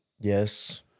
Yes